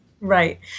Right